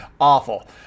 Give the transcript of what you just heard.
awful